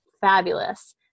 fabulous